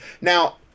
Now